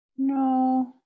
No